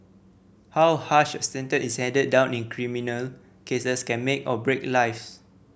how harsh a sentence is handed down in criminal cases can make or break lives